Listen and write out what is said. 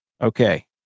Okay